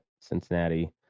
Cincinnati